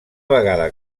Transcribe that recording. vegada